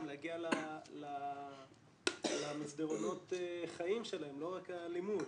גם להגיע למסדרונות חיים שלהם, לא רק הלימוד.